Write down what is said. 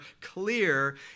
clear